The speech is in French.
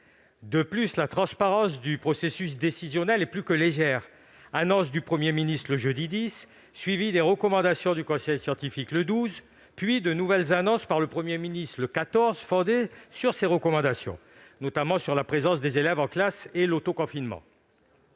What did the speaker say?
De plus, la transparence du processus décisionnel est plus que légère : annonces du Premier ministre le jeudi 10, suivies des recommandations du conseil scientifique le 12, puis de nouvelles annonces par le Premier ministre le 14, fondées sur ces recommandations, concernant, notamment, la présence des élèves en classe et l'autoconfinement.